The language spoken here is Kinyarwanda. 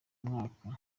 mwaka